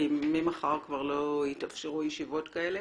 כי ממחר כבר לא תתאפשרנה ישיבות כאלה.